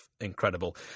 incredible